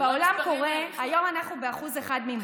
היום אנחנו ב-1% מימוש.